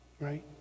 right